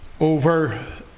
over